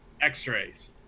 X-rays